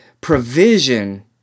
provision